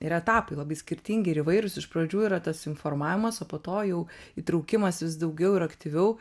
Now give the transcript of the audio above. ir etapai labai skirtingi ir įvairūs iš pradžių yra tas informavimas o po to jau įtraukimas vis daugiau ir aktyviau